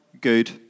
Good